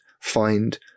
find